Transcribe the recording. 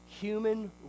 human